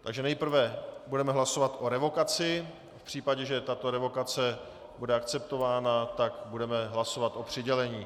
Takže nejprve budeme hlasovat o revokaci, v případě, že tato revokace bude akceptována, tak budeme hlasovat o přidělení.